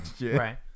right